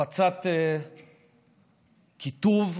הפצת קיטוב,